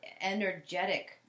energetic